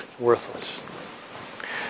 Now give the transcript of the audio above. Worthless